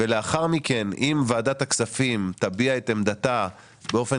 לאחר מכן אם ועדת הכספים תביע את עמדתה באופן